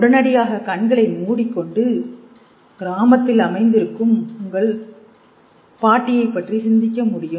உடனடியாக கண்களை மூடிக்கொண்டு கிராமத்தில் அமைந்திருக்கும் உங்கள் பாட்டியை பற்றி சிந்திக்க முடியும்